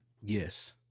yes